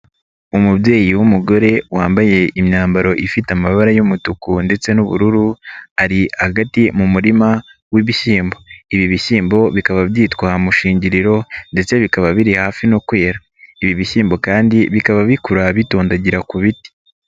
Umubyeyi wumugore wambaye imyambaro ifite amabara y'umutuku ndetse n'ubururu, ari hagati mu murima w'ibishyimbo, ibi bishyimbo bikaba byitwa mushingiriro ndetse bikaba biri hafi no kwera, ibi bishyimbo kandi bikaba bikura bitondagira ku biti.